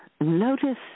notice